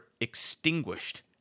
extinguished